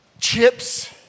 Chips